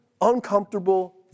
uncomfortable